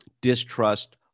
distrust